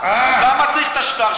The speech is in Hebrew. אז למה צריך את השטר?